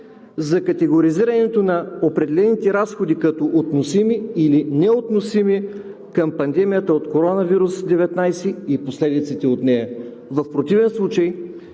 за категоризирането на определените разходи като относими или неотносими към пандемията от COVID-19 и последиците от нея. В противен случай